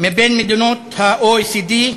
מבין מדינות ה-OECD.